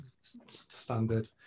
standard